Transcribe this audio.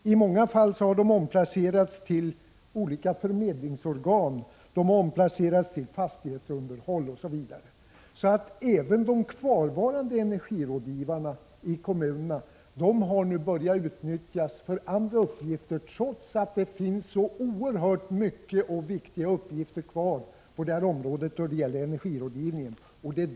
I många fall har de omplacerats till olika förmedlingsorgan, till fastighetsunderhåll osv. Även de kvarvarande energirådgivarna i kommunerna har alltså nu börjat att utnyttjas för andra uppgifter, trots att det finns så oerhört många och viktiga uppgifter då det gäller energirådgivning.